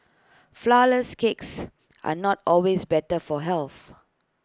Flourless Cakes are not always better for health